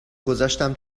گذاشتم